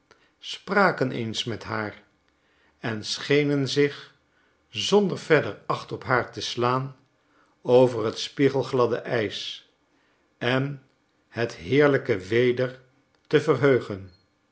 spraken eens met haar en schenen zich zonder verder acht op haar te slaan over het spiegelgladde ijs en het heerlijke weder te verheugen